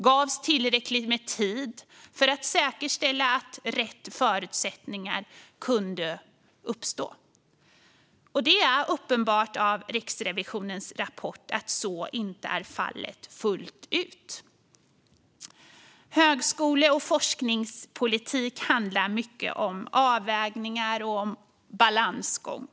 Gavs det tillräckligt med tid för att säkerställa att rätt förutsättningar kunde uppstå? Det är uppenbart av Riksrevisionens rapport att så inte är fallet fullt ut. Högskole och forskningspolitik handlar mycket om avvägningar och om balansgång.